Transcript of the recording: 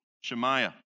Shemaiah